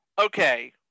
okay